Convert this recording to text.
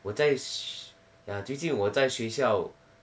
我在学 ya 最近我在学校